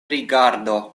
rigardo